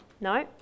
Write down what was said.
no